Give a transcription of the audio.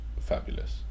fabulous